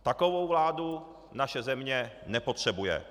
Takovou vládu naše země nepotřebuje.